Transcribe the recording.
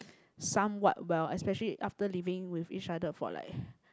somewhat well especially after living with each other for like